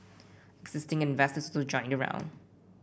existing investors also joined the round